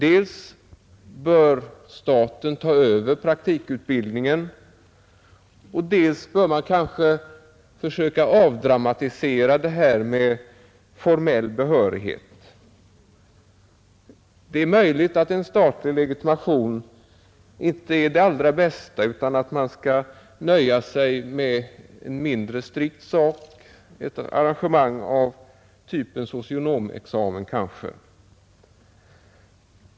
Dels bör staten ta över praktikutbildningen, dels bör man kanske försöka avdramatisera den formella behörigheten. Det är möjligt att en statlig legitimation inte är det allra bästa utan att man skall nöja sig med ett mindre strikt arrangemang, kanske av typen socionomexamen.